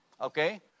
Okay